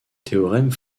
théorème